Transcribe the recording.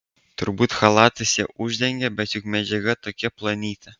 turbūt chalatas ją uždengė bet juk medžiaga tokia plonytė